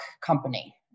company